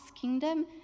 kingdom